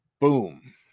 Boom